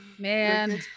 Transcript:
Man